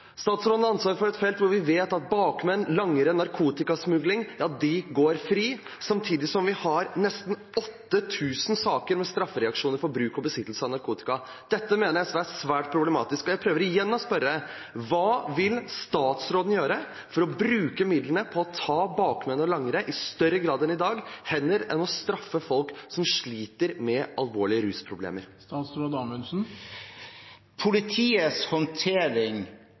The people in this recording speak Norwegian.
samtidig som vi har nesten 8 000 saker med straffereaksjoner for bruk og besittelse av narkotika. Dette mener jeg er svært problematisk, og jeg prøver igjen å spørre: Hva vil statsråden gjøre for å bruke midlene på å ta bakmenn og langere i større grad enn i dag, heller enn å straffe folk som sliter med alvorlige rusproblemer? Politiets håndtering av straffesaker – politiets